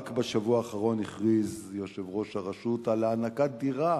רק בשבוע האחרון הכריז יושב-ראש הרשות על הענקת דירה